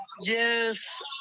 Yes